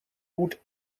would